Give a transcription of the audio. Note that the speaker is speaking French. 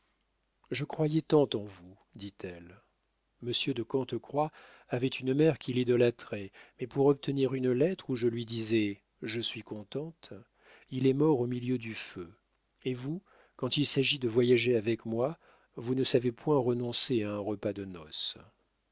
je croyais tant en vous dit-elle monsieur de cante croix avait une mère qu'il idolâtrait mais pour obtenir une lettre où je lui disais je suis contente il est mort au milieu du feu et vous quand il s'agit de voyager avec moi vous ne savez point renoncer à un repas de noces